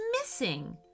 missing